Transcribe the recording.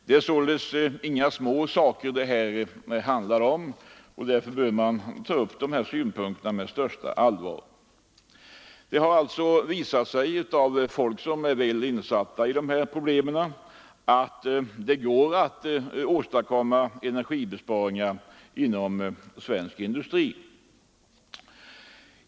Det är alltså inga små besparingar det handlar om, och dessa frågor bör därför behandlas med det största allvar. Personer som är väl insatta i dessa problem har visat att det är i hög grad möjligt att åstadkomma betydande energibesparingar inom svensk industri.